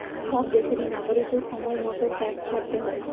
সব দেশেরই নাগরিকদের সময় মতো ট্যাক্স ভরতে হয়